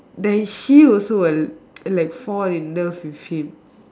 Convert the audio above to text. then she will also will like fall in love with him